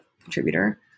contributor